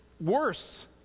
worse